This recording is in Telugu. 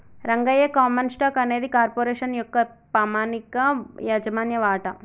రంగయ్య కామన్ స్టాక్ అనేది కార్పొరేషన్ యొక్క పామనిక యాజమాన్య వాట